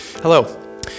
Hello